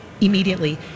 immediately